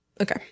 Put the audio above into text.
Okay